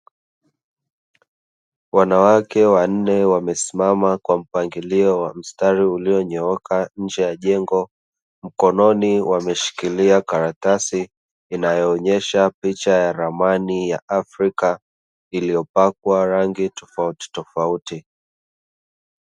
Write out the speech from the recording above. Wanawake wanne wamesimama kwa mpangilio kwamstari ulionyooka nje ya jengo, mkononi ameshikilia karatasi inayoonesha ramani ya Afrika iliyopakwa rangi tofauti tofauti.